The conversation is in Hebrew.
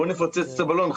בוא נפוצץ את הבלון,